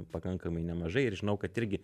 pakankamai nemažai ir žinau kad irgi